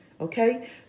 okay